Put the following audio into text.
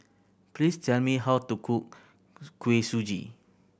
please tell me how to cook Kuih Suji